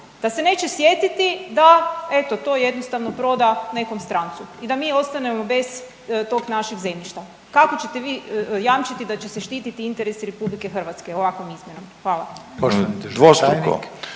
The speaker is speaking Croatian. da se neće sjetiti da eto to jednostavno proda nekom strancu i da mi ostanemo bez tog našeg zemljišta, kako ćete vi jamčiti da će se štititi interesi RH ovakvom izmjenom? Hvala.